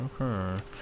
Okay